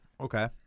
Okay